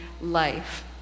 life